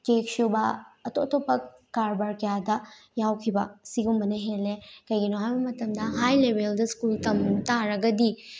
ꯆꯦꯛꯁꯨꯕ ꯑꯇꯣꯞ ꯑꯇꯣꯞꯄ ꯀꯔꯕꯥꯔ ꯀꯌꯥꯗ ꯌꯥꯎꯈꯤꯕ ꯁꯤꯒꯨꯝꯕꯅ ꯍꯦꯜꯂꯦ ꯀꯩꯒꯤꯅꯣ ꯍꯥꯏꯕ ꯃꯇꯝꯗ ꯍꯥꯏ ꯂꯦꯚꯦꯜꯗ ꯁ꯭ꯀꯨꯜ ꯇꯝ ꯇꯥꯔꯒꯗꯤ